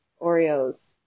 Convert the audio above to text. Oreos